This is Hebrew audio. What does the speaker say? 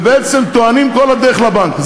ובעצם טוענים כל הדרך לבנק.